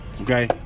Okay